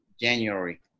january